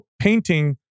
painting